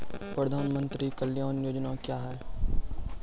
प्रधानमंत्री कल्याण योजना क्या हैं?